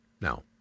Now